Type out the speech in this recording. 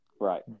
Right